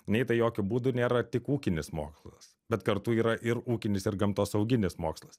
nei tai jokiu būdu nėra tik ūkinis mokslas bet kartu yra ir ūkinis ir gamtosauginis mokslas